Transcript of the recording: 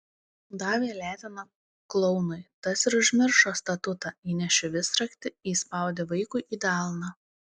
davė į leteną klounui tas ir užmiršo statutą įnešė visraktį įspraudė vaikiui į delną